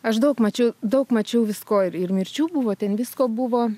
aš daug mačiau daug mačiau visko ir ir mirčių buvo ten visko buvo